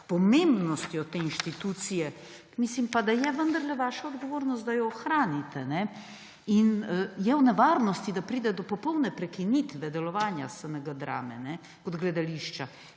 pomembnostjo te inštitucije? Mislim pa, da je vendarle vaša odgovornost, da jo ohranite. In je v nevarnosti, da pride do popolne prekinitve delovanja SNG Drame kot gledališča,